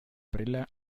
brille